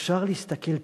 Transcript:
אפשר להסתכל פנימה,